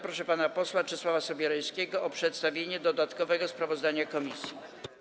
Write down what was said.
Proszę pana posła Czesława Sobierajskiego o przedstawienie dodatkowego sprawozdania komisji.